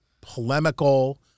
polemical